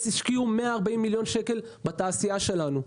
יש השקיעו 140 מיליון שקל בתעשייה שלנו.